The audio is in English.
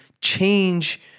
change